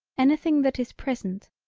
anything that is present,